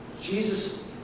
Jesus